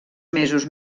mesos